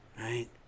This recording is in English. right